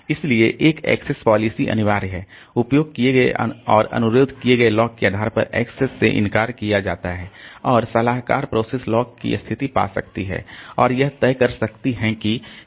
इसलिए एक access policy अनिवार्य है उपयोग किए गए और अनुरोध किए गए लॉक के आधार पर एक्सेस से इनकार किया जाता है और सलाहकार प्रोसेस लॉक की स्थिति पा सकती हैं और यह तय कर सकती हैं कि क्या करना है